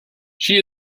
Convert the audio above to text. she